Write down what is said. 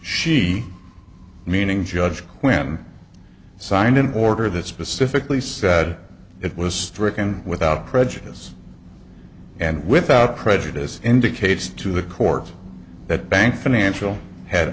she meaning judge quinn signed an order that specifically said it was stricken without prejudice and without prejudice indicates to the court that bank financial had an